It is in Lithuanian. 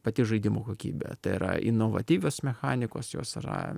pati žaidimo kokybė tai yra inovatyvios mechanikos jos yra